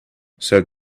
said